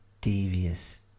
devious